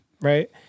Right